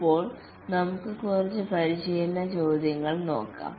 ഇപ്പോൾ നമുക്ക് കുറച്ച് പരിശീലന ചോദ്യങ്ങൾ നോക്കാം